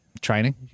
Training